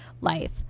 life